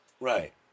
Right